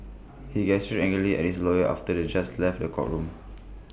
he gestured angrily at his lawyers after the just left the courtroom